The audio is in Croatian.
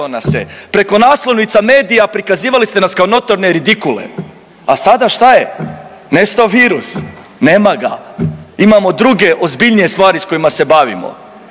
nas se je, preko naslovnica medija prikazivali ste nas kao notorne ridikule, a sada šta je, nestao virus, nema ga. Imao druge ozbiljnije stvari s kojima se bavimo.